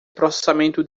processamento